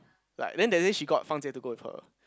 like then that day she got fang jie to go with her